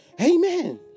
Amen